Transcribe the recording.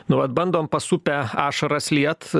nuolat bandom pas upę ašaras liet